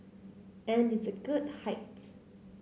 and it's a good height